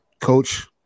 Coach